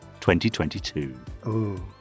2022